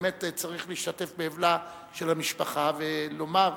באמת צריך להשתתף באבלה של המשפחה ולומר: